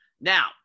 Now